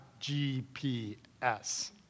GPS